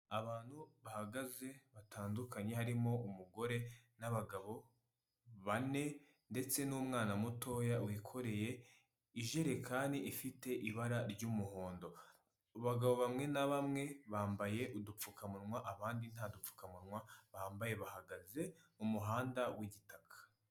Abantu bahagaze batandukanye harimo umugore n'abagabo bane ndetse n'umwana mutoya wikoreye ijerekani ifite ibara ry'umuhondo. Abagabo bamwe na bamwe bambaye udupfukamunwa abandi nta dupfukamunwa bambaye bahagaze mu muhanda w'igitaka.